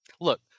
Look